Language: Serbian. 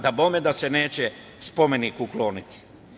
Dabome da se neće spomenik ukloniti.